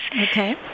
Okay